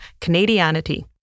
Canadianity